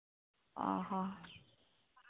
ᱚ ᱦᱚᱸ